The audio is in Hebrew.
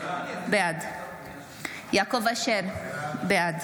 בעד יעקב אשר, בעד